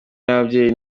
n’ababyeyi